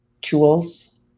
tools